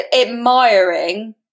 admiring